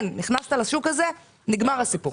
אם נכנסת לשוק הזה, נגמר הסיפור.